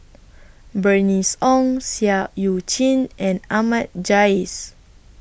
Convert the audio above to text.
Bernice Ong Seah EU Chin and Ahmad Jais